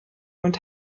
und